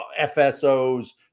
fso's